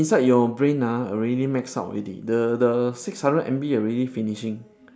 inside your brain ah already maxed out already the the six hundred M_B already finishing